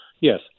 yes